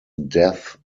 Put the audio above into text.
death